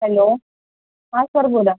hello हां sir बोला